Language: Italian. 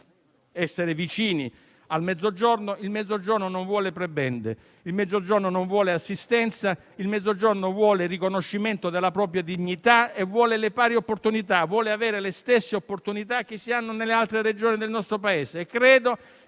essere vicini al Mezzogiorno. Il Mezzogiorno non vuole prebende; il Mezzogiorno non vuole assistenza; il Mezzogiorno vuole riconoscimento della propria dignità e vuole le pari opportunità. Vuole avere le stesse opportunità che si hanno nelle altre Regioni del nostro Paese. Io credo